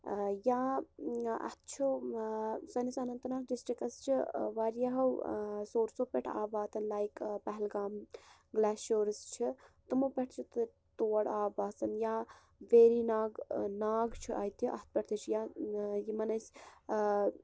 یا اتھ چھُ سٲنِس اننت ناگ ڈِسٹرکَس چھ واریَہَو سورسو پیٚٹھ آب واتان لایک پہلگام گلیشرس چھِ تمو پیٚٹھ چھ تور آب واژان یا ویری ناگ ناگ چھُ اَتہِ اتھ پیٚٹھ تہِ چھُ یا یمن أسۍ